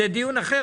זה דיון אחר,